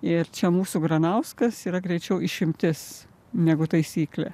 ir čia mūsų granauskas yra greičiau išimtis negu taisyklė